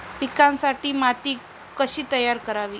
पिकांसाठी माती कशी तयार करावी?